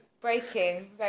breaking